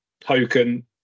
token